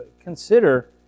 consider